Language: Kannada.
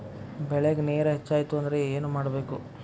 ಬೆಳೇಗ್ ನೇರ ಹೆಚ್ಚಾಯ್ತು ಅಂದ್ರೆ ಏನು ಮಾಡಬೇಕು?